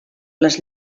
les